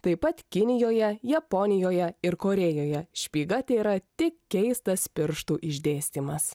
taip pat kinijoje japonijoje ir korėjoje špyga tėra tik keistas pirštų išdėstymas